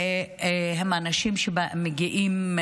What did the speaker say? והם אנשים שמגיעים,